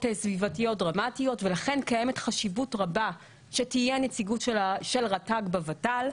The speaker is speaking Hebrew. סביבתיות דרמטיות ולכן קיימת חשיבות רבה שתהיה נציגות של רט"ג בוות"ל.